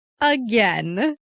again